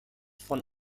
von